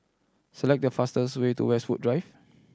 select the fastest way to Westwood Drive